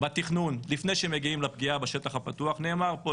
בתכנון לפני שמגיעים לפגיעה בשטח הפתוח נאמר פה,